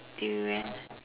Durian